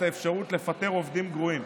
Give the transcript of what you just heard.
את האפשרות לפטר עובדים גרועים.